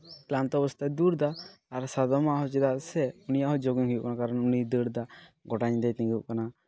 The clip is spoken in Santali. ᱠᱞᱟᱱᱛᱚ ᱚᱵᱚᱥᱛᱟᱭ ᱫᱩᱨ ᱫᱟ ᱟᱨ ᱥᱟᱫᱚᱢᱟᱜ ᱦᱚᱸ ᱪᱮᱫᱟᱜ ᱥᱮ ᱩᱱᱤᱭᱟᱜ ᱦᱚᱸ ᱡᱳᱜᱤᱝ ᱦᱩᱭᱩᱜ ᱠᱟᱱᱟ ᱠᱟᱨᱚᱱ ᱩᱱᱤᱭ ᱫᱟᱹᱲᱫᱟ ᱜᱚᱴᱟ ᱧᱤᱫᱟᱹᱭ ᱛᱤᱸᱜᱩ ᱠᱚᱜ ᱠᱟᱱᱟ